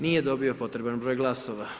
Nije dobio potreban broj glasova.